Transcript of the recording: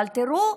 אבל תראו,